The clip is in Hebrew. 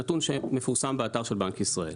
זה נתון שמפורסם באתר של בנק ישראל.